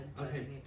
Okay